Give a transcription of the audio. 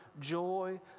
joy